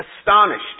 astonished